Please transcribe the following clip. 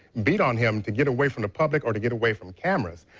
beat on him to get away from the public or to get away from cameras.